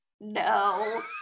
no